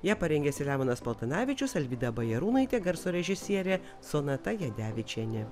ją parengė selemonas paltanavičius alvyda bajarūnaitė garso režisierė sonata jadevičienė